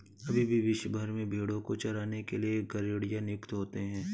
अभी भी विश्व भर में भेंड़ों को चराने के लिए गरेड़िए नियुक्त होते हैं